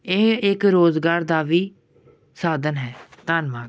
ਇਹ ਇੱਕ ਰੁਜ਼ਗਾਰ ਦਾ ਵੀ ਸਾਧਨ ਹੈ ਧੰਨਵਾਦ